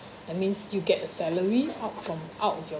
that means you get a salary out from out of your